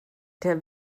der